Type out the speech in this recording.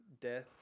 Death